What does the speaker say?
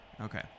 Okay